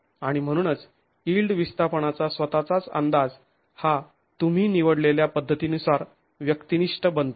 आणि म्हणूनच यिल्ड विस्थापनाचा स्वतःचाच अंदाज हा तुम्ही निवडलेल्या पद्धतीनुसार व्यक्तिनिष्ठ बनतो